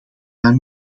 naar